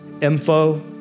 info